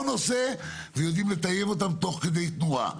נושא ויודעים לטייב אותם תוך כדי תנועה.